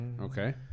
Okay